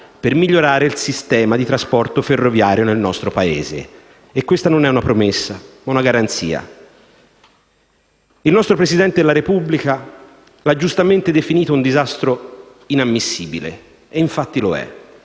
per migliorare il sistema di trasporto ferroviario nel nostro Paese. E questa non è una promessa ma una garanzia. Il nostro Presidente della Repubblica l'ha giustamente definito un disastro inammissibile, e infatti lo è.